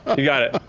you got it.